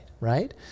right